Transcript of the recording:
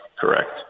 correct